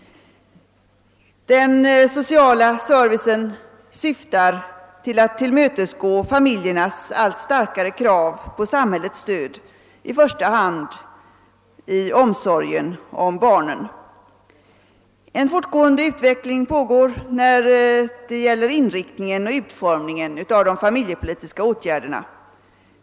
Den sociala servicen syftar till att tillmötesgå familjernas allt starkare krav på samhällets stöd i första hand i omsorgen om barnen. En fortgående utveckling pågår i fråga om inriktningen och utformningen av de familjepolitiska åtgärderna.